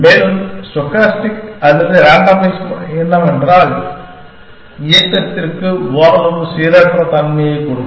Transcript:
மேலும் ஸ்டோகாஸ்டிக் அல்லது ரேண்டமைஸ் முறை என்னவென்றால் இயக்கத்திற்கு ஓரளவு சீரற்ற தன்மையைக் கொடுக்கும்